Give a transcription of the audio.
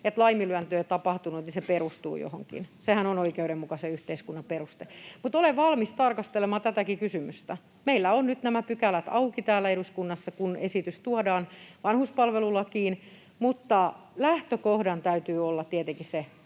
että laiminlyönti on tapahtunut, niin se perustuu johonkin — sehän on oikeudenmukaisen yhteiskunnan peruste — mutta olen valmis tarkastelemaan tätäkin kysymystä. Meillä on nyt nämä pykälät auki täällä eduskunnassa, kun tuodaan esitys vanhuspalvelulakiin, mutta lähtökohdan täytyy olla tietenkin se,